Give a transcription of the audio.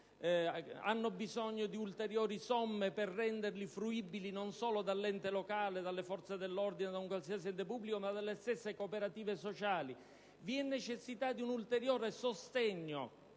hanno bisogno di ulteriori somme per renderli fruibili non solo dall'ente locale, dalle forze dell'ordine o da un qualsiasi ente pubblico, ma dalle stesse cooperative sociali. Vi è necessità di un ulteriore sostegno